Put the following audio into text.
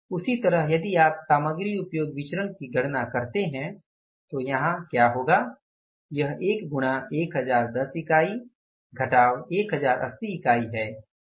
उसी तरह यदि आप सामग्री उपयोग विचरण की गणना करते हैं तो यहां क्या होगा यह 1 गुणा 1010 इकाई 1080 इकाई है